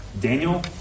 Daniel